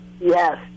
Yes